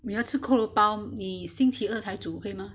你要吃扣肉包你星期二才煮可以吗